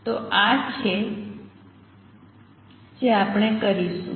તો આ તે છે જે આપણે કરીશું